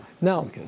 Now